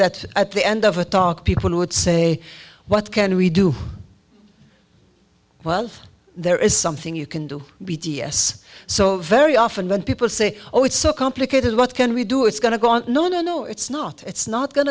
that at the end of a talk people would say what can we do well there is something you can do b d s so very often when people say oh it's so complicated what can we do it's going to go on no no no it's not it's not going